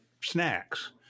snacks